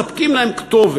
אז אנחנו מספקים להם כתובת,